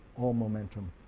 all momentum,